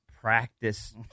practice